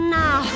now